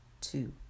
two